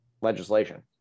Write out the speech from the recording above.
legislation